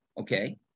okay